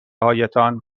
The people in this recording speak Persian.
هایتان